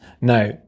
Now